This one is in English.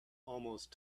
almost